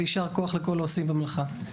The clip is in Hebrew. ויישר כוח לכל העושים במלאכה.